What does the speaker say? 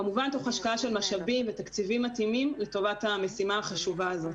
כמובן תוך השקעה של משאבים ותקציבים מתאימים לטובת המשימה החשובה הזאת.